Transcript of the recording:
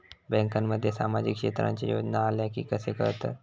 बँकांमध्ये सामाजिक क्षेत्रांच्या योजना आल्या की कसे कळतत?